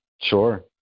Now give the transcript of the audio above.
Sure